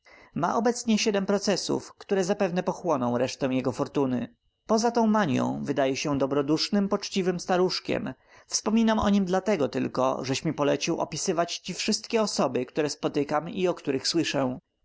ma obecnie siedem procesów które zapewne pochłoną resztę jego fortuny po za tą manią wydaje się dobrodusznym poczciwym staruszkiem wspominam o nim dlatego tylko żeś mi polecił opisywać ci wszystkie osoby które spotykam i o których słyszę